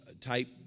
type